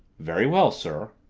very well, sir.